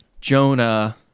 jonah